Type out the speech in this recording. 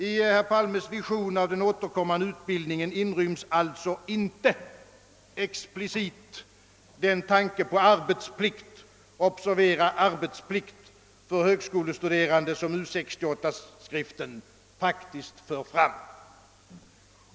I Palmes vision om den återkommande utbildningen inryms alltså inte explicit den tanke på arbetsplikt — observera uttrycket! — för högskolestuderande som faktiskt förs fram i U 68 skriften.